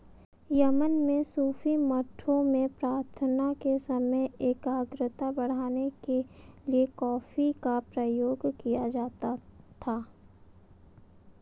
Yemen में सूफी मठों में प्रार्थना के समय एकाग्रता बढ़ाने के लिए कॉफी का प्रयोग किया जाता था